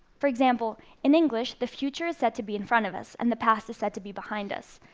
for example, in english the future is said to be in front of us and the past is said to be behind us.